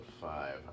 five